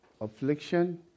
affliction